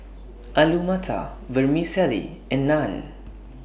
Alu Matar Vermicelli and Naan